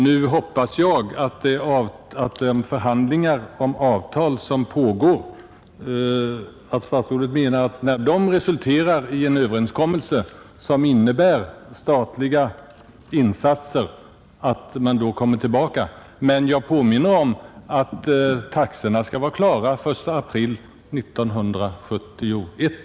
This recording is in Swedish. Jag hoppas att statsrådet avser att komma tillbaka när de pågående förhandlingarna om avtal resulterar i en överenskommelse som innebär statliga insatser, men jag påminner om att taxorna skall vara klara före den 1 april 1971.